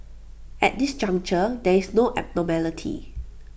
at this juncture there is no abnormality